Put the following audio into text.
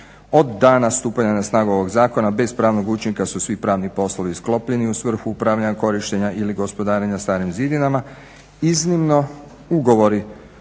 Od dana stupanja na snagu ovog zakona bez pravnog učinka su svi pravni poslovi sklopljeni u svrhu upravljanja, korištenja ili gospodarenja starim zidinama.